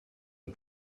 are